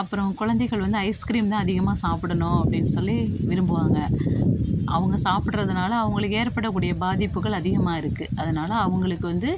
அப்புறம் குழந்தைகள் வந்து ஐஸ்க்ரீம் தான் அதிகமாக சாப்பிடணும் அப்படின்னு சொல்லி விரும்புவாங்க அவங்க சாப்பிட்றதுனால அவங்களுக்கு ஏற்படக்கூடிய பாதிப்புகள் அதிகமாக இருக்குது அதனால் அவங்களுக்கு வந்து